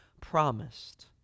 promised